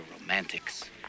romantics